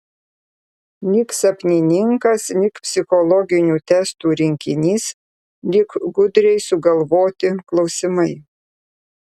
lyg sapnininkas lyg psichologinių testų rinkinys lyg gudriai sugalvoti klausimai